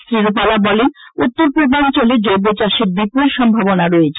শ্রী রূপালা বলেন উত্তর পূর্বাঞ্চলে জৈব চাষের বিপুল সম্ভাবনা রয়েছে